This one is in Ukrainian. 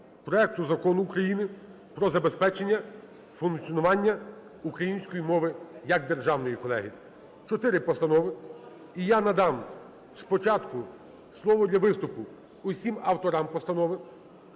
проекту Закону України "Про забезпечення функціонування української мови як державної", колеги. Чотири постанови. І я надам спочатку слово для виступу всім авторам постанови.